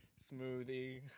smoothie